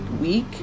week